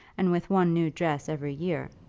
and with one new dress every year.